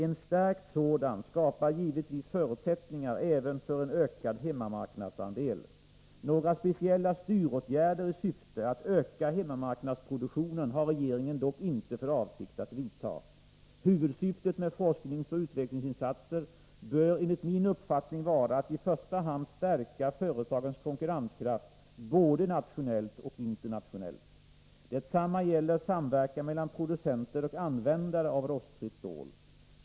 En stärkt sådan skapar givetvis förutsättningar även för en ökad hemmamarknadsandel. Några speciella styråtgärder i syfte att öka hemmamarknadsproduktionen har regeringen dock inte för avsikt att vidta. Huvudsyftet med forskningsoch utvecklingsinsatser bör enligt min uppfattning vara att i första hand stärka företagens konkurrenskraft både nationellt och internationellt. Detsamma gäller samverkan mellan producenter och användare av rostfritt stål.